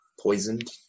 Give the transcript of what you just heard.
poisoned